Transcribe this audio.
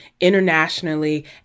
internationally